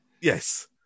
Yes